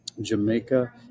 Jamaica